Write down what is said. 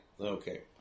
Okay